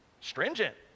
stringent